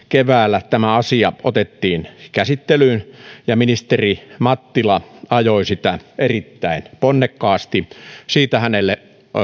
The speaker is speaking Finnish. keväällä tämä asia otettiin käsittelyyn ja ministeri mattila ajoi sitä erittäin ponnekkaasti siitä hänelle